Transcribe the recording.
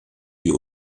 die